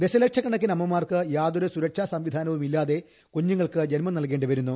ദശലക്ഷക്കണക്കിന് അമ്മമാർക്ക് യാതൊരു സുരക്ഷാ സംവിധാനമില്ലാത്തെ കുഞ്ഞുങ്ങൾക്ക് ജന്മം നൽകേണ്ടി വരുന്നു